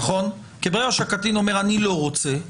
כי ברגע שהקטין אומר שהוא לא רוצה,